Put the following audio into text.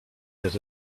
that